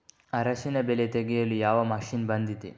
ಅರಿಶಿನ ಬೆಳೆ ತೆಗೆಯಲು ಯಾವ ಮಷೀನ್ ಬಂದಿದೆ?